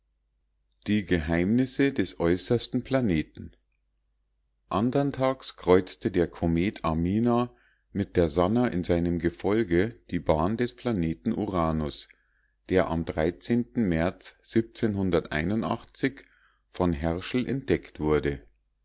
die geheimnisse der äußersten planeten andern tags kreuzte der komet amina mit der sannah in seinem gefolge die bahn des planeten uranus der am märz von herschel entdeckt wurde